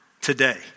today